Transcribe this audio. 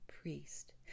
priest